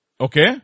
Okay